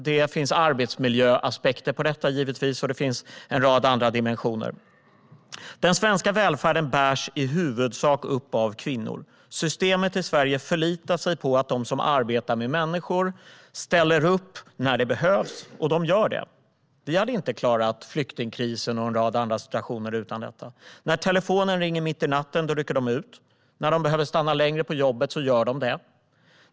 Det finns arbetsmiljöaspekter på detta, och det finns en rad andra dimensioner. Den svenska välfärden bärs i huvudsak upp av kvinnor. Systemet i Sverige förlitar sig på att de som arbetar med människor ställer upp när det behövs - och de gör det. Vi hade inte klarat flyktingkrisen och en rad andra situationer annars. När telefonen ringer mitt i natten rycker de ut. När de behöver stanna längre på jobbet gör de det.